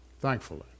Thankfully